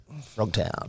Frogtown